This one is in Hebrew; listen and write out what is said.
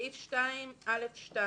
סעיף 2(א)(2),